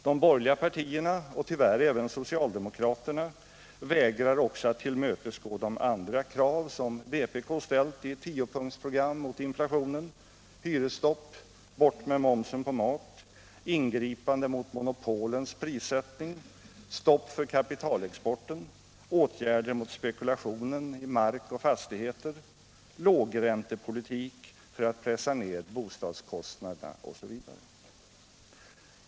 De borgerliga partierna — och tyvärr även socialdemokraterna — vägrar också att tillmötesgå de andra krav som vpk ställt i ett tiopunktsprogram mot inflationen: hyresstopp, bort med momsen på mat, ingripande mot monopolens prissättning, stopp för kapitalexporten, åtgärder mot spekulationen i mark och fastigheter, lågräntepolitik för att pressa ned bostadskostnaderna osv.